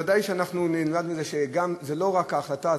ודאי שאנחנו נלמד מזה שזה לא רק ההחלטה עצמה,